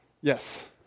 Yes